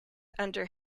under